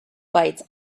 bites